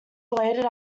related